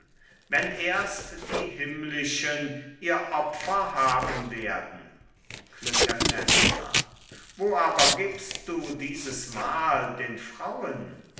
wenn erst die himmlischen ihr opfer haben werden klytämnestra wo aber gibst du dieses mahl den frauen